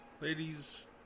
Ladies